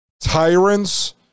tyrants